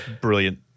Brilliant